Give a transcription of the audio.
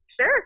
Sure